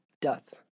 Doth